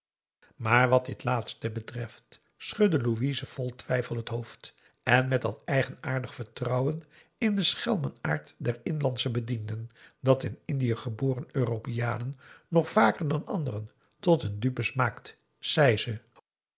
maar wat dit laatste betreft schudde louise vol twijfel het hoofd en met dat eigenaardig vertrouwen in den schelmenaard der inlandsche bedienden dat in indië geboren europeanen nog vaker dan anderen tot hun dupes maakt zei ze